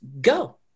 Go